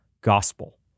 gospel